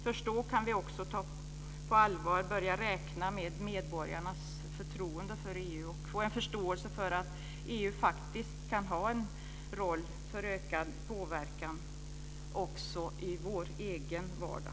Först då kan vi också på allvar börja räkna med medborgarnas förtroende för EU, och få en förståelse för att EU faktiskt kan ha en roll för ökad påverkan också i vår egen vardag.